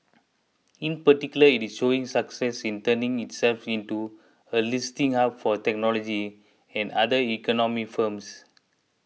in particular it is showing success in turning itself into a listing hub for technology and other economy firms